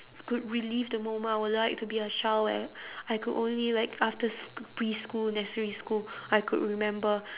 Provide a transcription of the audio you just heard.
could relive the moment I would like to be a child where I could only like after sc~ preschool nursery school I could remember